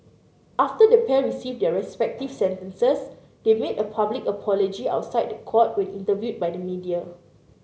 after the pair received their respective sentences they made a public apology outside the court when interviewed by the media